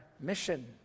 mission